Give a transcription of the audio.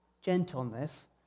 gentleness